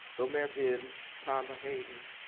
romare bearden, palmer hayden,